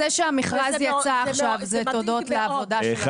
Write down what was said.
זה שהמכרז יצא עכשיו זה תודות לעבודה של השר כהן.